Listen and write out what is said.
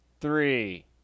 three